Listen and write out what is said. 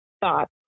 thought